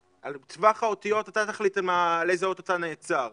על טווח האותיות, אתה תחליט על איזה אות אתה נעצר.